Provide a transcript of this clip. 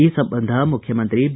ಈ ಸಂಬಂಧ ಮುಖ್ಯಮಂತ್ರಿ ಬಿ